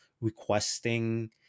requesting